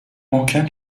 محکم